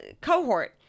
cohort